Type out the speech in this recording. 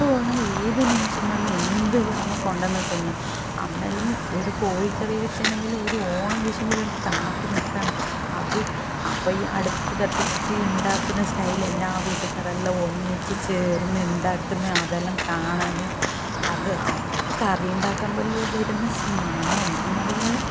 ഇപ്പം വേണമെങ്കിൽ ഏത് നിമിഷം വേണമെങ്കിൽ എന്ത് വേണമെങ്കിൽ കൊണ്ടുവന്ന് തിന്നാം അന്നെല്ലാം ഒരു കോഴിക്കറി കിട്ടണമെങ്കിൽ ഒരു ഓണം വിഷൂവിന് വേണ്ടി കാത്ത് നിൽക്കണം അത് അപ്പം ഈ അടുപ്പ് കത്തിച്ചിട്ട് ഉണ്ടാക്കുന്ന സ്റ്റൈൽ എല്ലാം വീട്ടുകാരെല്ലാം ഒന്നിച്ച് ചേർന്ന് ഉണ്ടാക്കുന്ന അതെല്ലാം കാണാനും അത് ആ കറി ഉണ്ടാക്കുമ്പോൾ എല്ലാം വരുന്ന സ് മണം എന്ത് നല്ല